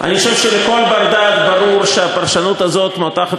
אני חושב שלכל בר-דעת ברור שהפרשנות הזאת מותחת